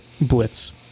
blitz